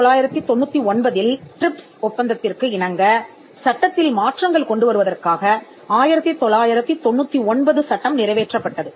1999இல் TRIPS ஒப்பந்தத்திற்கு இணங்க சட்டத்தில் மாற்றங்கள் கொண்டு வருவதற்காக 1999 சட்டம் நிறைவேற்றப்பட்டது